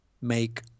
make